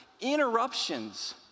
Interruptions